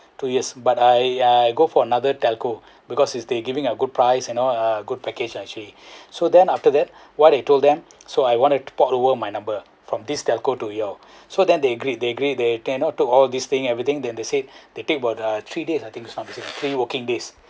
two years but I I go for another telco because is they giving a good price you know a good package actually so then after that what I told them so I want to port over my number from this telco to your so then they agreed they agree they cannot took all this thing and everything then they say they take about the three days I think if I'm not mistaken three working days